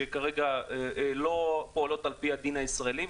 שכרגע לא פועלות על פי הדין הישראלי,